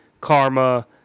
karma